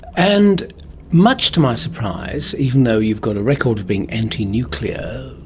and much to my surprise, even though you've got a record of being anti-nuclear,